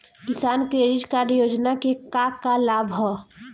किसान credit card योजना के का का लाभ ह?